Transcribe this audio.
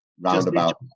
roundabout